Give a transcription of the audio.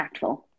impactful